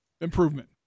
Improvement